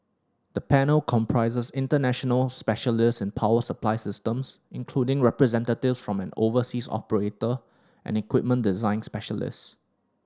the panel comprises international specialist in power supply systems including representatives from an overseas operator and equipment design specialist